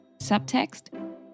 Subtext